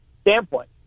standpoint